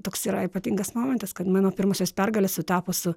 toks yra ypatingas momentas kad mano pirmosios pergalės sutapo su